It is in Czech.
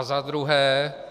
Za druhé.